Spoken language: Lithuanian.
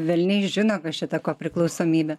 velniai žino kas šita kopriklausomybė